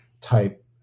type